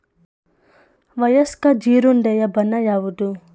ವಯಸ್ಕ ಜೀರುಂಡೆಯ ಬಣ್ಣ ಯಾವುದು?